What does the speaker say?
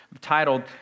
Titled